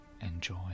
enjoy